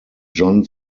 john